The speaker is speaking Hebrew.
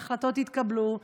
ההחלטות התקבלו.